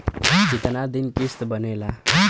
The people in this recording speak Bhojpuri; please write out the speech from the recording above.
कितना दिन किस्त बनेला?